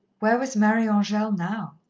where was marie-angele now?